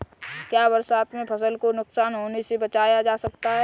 क्या बरसात में फसल को नुकसान होने से बचाया जा सकता है?